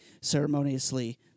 Ceremoniously